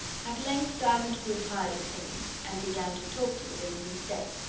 at length diamond grew tired of singing, and began to talk to the baby instead.